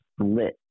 split